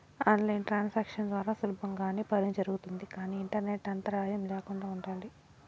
on line transactions ద్వారా సులభంగానే పని జరుగుతుంది కానీ ఇంటర్నెట్ అంతరాయం ల్యాకుండా ఉండాలి